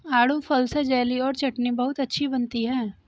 आड़ू फल से जेली और चटनी बहुत अच्छी बनती है